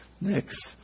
Next